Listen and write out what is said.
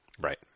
Right